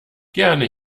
gerne